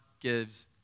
gives